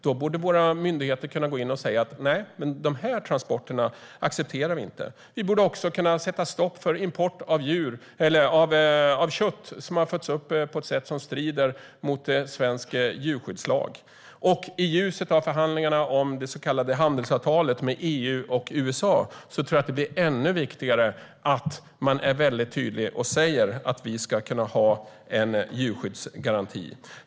Då borde våra myndigheter kunna gå in och säga: Nej, de här transporterna accepterar vi inte. Vi borde också kunna sätta stopp för import av kött från djur som har fötts upp på ett sätt som strider mot svensk djurskyddslag. I ljuset av förhandlingarna om det så kallade handelsavtalet med EU och USA tror jag att det blir ännu viktigare att man är mycket tydlig och säger att vi ska kunna ha en djurskyddsgaranti.